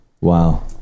Wow